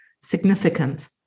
significant